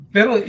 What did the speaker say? Pero